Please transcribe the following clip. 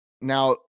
Now